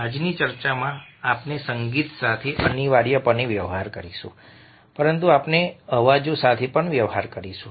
આજની ચર્ચામાં આપણે સંગીત સાથે અનિવાર્યપણે વ્યવહાર કરીશું પરંતુ આપણે અવાજો સાથે પણ વ્યવહાર કરીશું